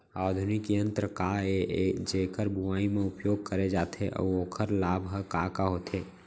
आधुनिक यंत्र का ए जेकर बुवाई म उपयोग करे जाथे अऊ ओखर लाभ ह का का होथे?